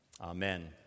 Amen